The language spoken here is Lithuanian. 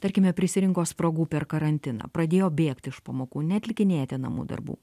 tarkime prisirinko spragų per karantiną pradėjo bėgt iš pamokų neatlikinėti namų darbų